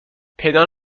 پیدا